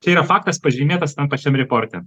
čia yra faktas pažymėtas tam pačiam riporte